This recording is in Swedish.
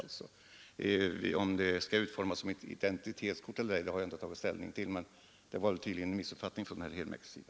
Om kortet skall utformas som ett identitetskort eller ej har jag inte tagit ställning till — det var tydligen en missuppfattning från herr Henmarks sida.